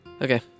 Okay